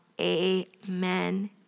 Amen